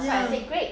ya